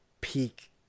peak